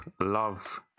love